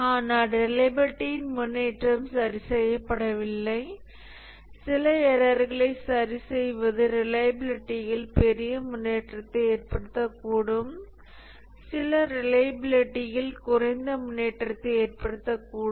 ஆனால் ரிலையபிலிட்டியின் முன்னேற்றம் சரி செய்யப்படவில்லை சில எரர்களை சரி செய்வது ரிலையபிலிட்டியில் பெரிய முன்னேற்றத்தை ஏற்படுத்தக்கூடும் சில ரிலையபிலிட்டியில் குறைந்த முன்னேற்றத்தை ஏற்படுத்தக்கூடும்